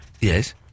Yes